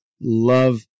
Love